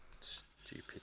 stupid